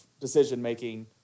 decision-making